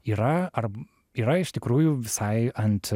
yra ar yra iš tikrųjų visai ant